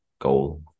goal